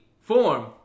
form